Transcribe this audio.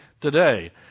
Today